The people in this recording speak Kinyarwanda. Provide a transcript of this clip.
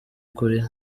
kuri